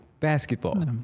Basketball